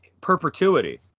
perpetuity